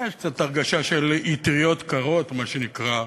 יש קצת הרגשה של אטריות קרות, מה שנקרא,